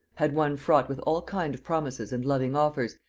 had one fraught with all kind of promises and loving offers,